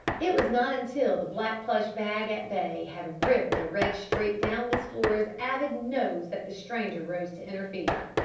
it was not until the black plush bag at bay had ripped a red streak down miss flora's avid nose that the stranger rose to interfere.